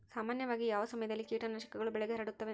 ಸಾಮಾನ್ಯವಾಗಿ ಯಾವ ಸಮಯದಲ್ಲಿ ಕೇಟನಾಶಕಗಳು ಬೆಳೆಗೆ ಹರಡುತ್ತವೆ?